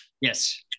Yes